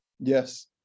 Yes